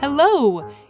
Hello